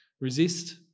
resist